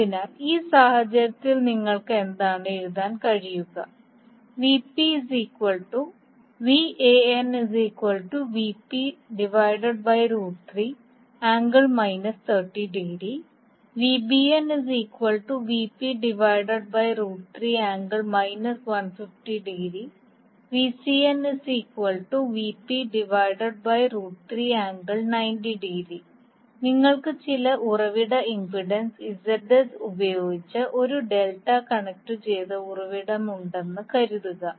അതിനാൽ ആ സാഹചര്യത്തിൽ നിങ്ങൾക്ക് എന്താണ് എഴുതാൻ കഴിയുക നിങ്ങൾക്ക് ചില ഉറവിട ഇംപെഡൻസ് Zs ഉപയോഗിച്ച് ഒരു ഡെൽറ്റ കണക്റ്റുചെയ്ത ഉറവിടമുണ്ടെന്ന് കരുതുക